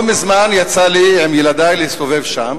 לא מזמן יצא לי להסתובב שם